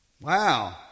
Wow